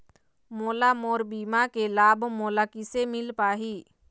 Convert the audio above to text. मोला मोर बीमा के लाभ मोला किसे मिल पाही?